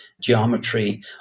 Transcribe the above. geometry